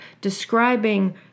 describing